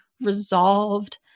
resolved